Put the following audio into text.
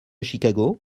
chicago